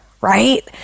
right